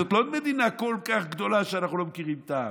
זו לא מדינה כל כך גדולה שאנחנו לא מכירים את העם.